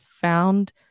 found